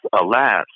alas